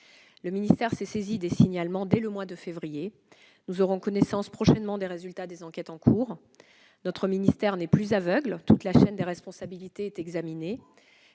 Le ministère s'est saisi des signalements dès le mois de février. Nous aurons connaissance prochainement des résultats des enquêtes en cours. Notre ministère n'est plus aveugle, toute la chaîne des responsabilités est examinée,